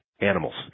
animals